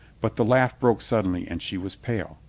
but the laugh broke suddenly and she was pale.